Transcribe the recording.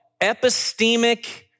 epistemic